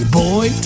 boy